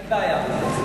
אין בעיה.